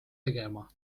tegema